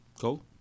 Cool